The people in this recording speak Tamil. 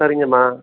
சரிங்கம்மா